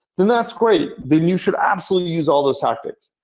then that's great. then you should absolutely use all those tactics.